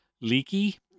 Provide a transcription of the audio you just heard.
leaky